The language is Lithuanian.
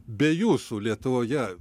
be jūsų lietuvoje